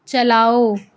چلاؤ